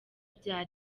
bya